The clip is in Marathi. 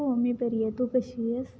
हो मी बरी आहे तू कशी आहेस